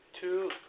two